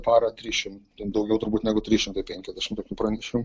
parą tryšim ten daugiau turbūt negu trys šimtai penkiasdešimt tokių pranešimų